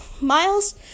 Miles